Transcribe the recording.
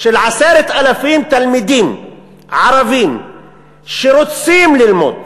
של 10,000 תלמידים ערבים שרוצים ללמוד,